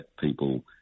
people